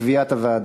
לקביעת הוועדה.